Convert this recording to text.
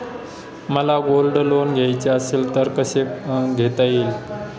मला gold loan घ्यायचे असेल तर कसे घेता येईल?